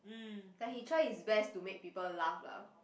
like he try his best to make people laugh lah